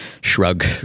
shrug